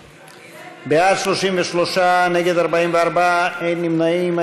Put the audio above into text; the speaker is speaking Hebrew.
בעד, 33, נגד, 44, אין נמנעים.